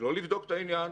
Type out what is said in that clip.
שלא לבדוק את העניין,